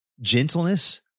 gentleness